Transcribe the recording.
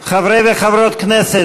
בהצבעה חברי וחברות הכנסת,